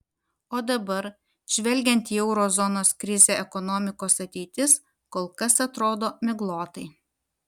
o dabar žvelgiant į euro zonos krizę ekonomikos ateitis kol kas atrodo miglotai